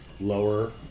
lower